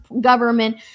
government